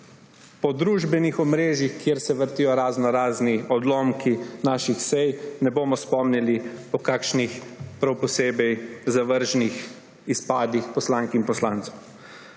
po družbenih omrežjih, kjer se vrtijo raznorazni odlomki naših sej, ne bomo spomnili po kakšnih prav posebej zavržnih izpadih poslank in poslancev.